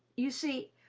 you see,